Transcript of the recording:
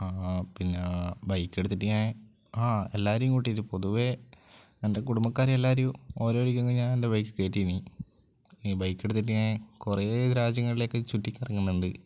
ആ പിന്നെ ബൈക്കെടുത്തിട്ട് ഞാൻ ആ എല്ലാവരെയും കൂട്ടിയിട്ട് പൊതുവേ എൻ്റെ കുടുംബക്കാരെ എല്ലാവരെയും ഓരോ തവണയെങ്കിലും ഞാൻ എൻ്റെ ബൈക്കില് കയറ്റിയിട്ടുണ്ട് ഈ ബൈക്കെടുത്തിട്ട് ഞാൻ കുറേ രാജ്യങ്ങളിലൊക്കെ ചുറ്റിക്കറങ്ങുന്നുണ്ട്